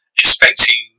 expecting